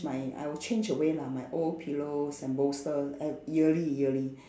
my I will change away lah my old pillows and bolster uh yearly yearly